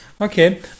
okay